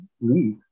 leave